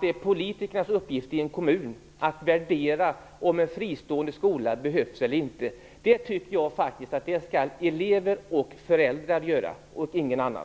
det är politikernas uppgift i en kommun att värdera om en fristående skola behövs eller inte. Det tycker jag faktiskt att elever och föräldrar skall göra och ingen annan.